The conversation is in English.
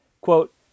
quote